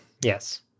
Yes